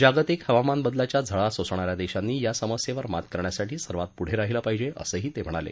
जागतिक हवामान बदलाच्या झळा सोसणा या देशांनी तर या समस्येवर मात करण्यासाठी सर्वात पुढे राहील पाहिजे असंही ते म्हणाले